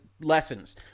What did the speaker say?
lessons